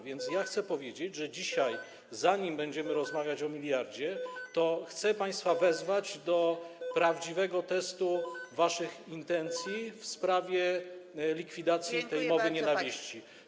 Więc ja chcę powiedzieć, że zanim dzisiaj będziemy rozmawiać o miliardzie, to chcę państwa wezwać do prawdziwego testu waszych intencji w sprawie likwidacji mowy nienawiści.